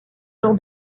jean